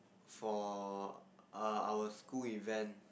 for uh our school event